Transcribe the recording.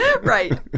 right